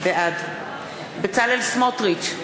בעד בצלאל סמוטריץ,